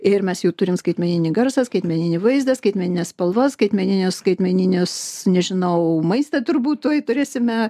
ir mes jau turim skaitmeninį garsą skaitmeninį vaizdą skaitmenines spalvas skaitmeninius skaitmeninius nežinau maistą turbūt tuoj turėsime